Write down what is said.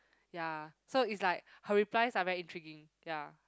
ya so it's like her replies are very intriguing ya